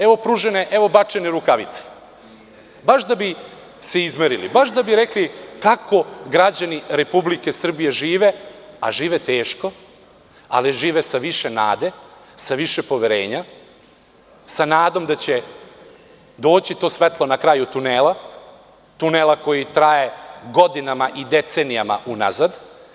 Evo bačene rukavice baš da bi se izmerili, da bi rekli kako građani Republike Srbije žive, a žive teško, ali žive sa više nade, sa više poverenja, sa nadom da će doći to svetlo na kraju tunela, tunela koji traje godinama i decenijama unazad.